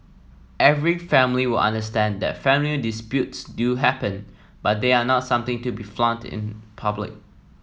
every family will understand that family disputes do happen but they are not something to flaunt in public